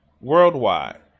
worldwide